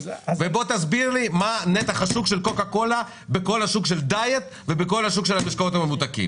תסלח לי חברת הכנסת שדיברה על המיצים הטבעיים.